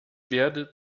werde